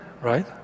right